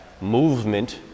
movement